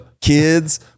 Kids